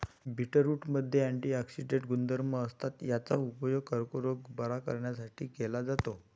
बीटरूटमध्ये अँटिऑक्सिडेंट गुणधर्म असतात, याचा उपयोग कर्करोग बरा करण्यासाठी केला जातो